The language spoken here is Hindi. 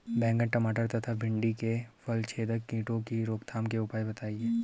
बैंगन टमाटर तथा भिन्डी में फलछेदक कीटों की रोकथाम के उपाय बताइए?